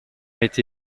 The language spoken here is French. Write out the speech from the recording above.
été